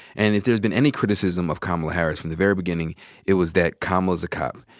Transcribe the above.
and if there's been any criticism of kamala harris from the very beginning it was that kamala's a cop.